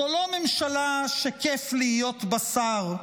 זו לא ממשלה שכיף להיות בה שר,